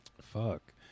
fuck